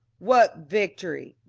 what victory?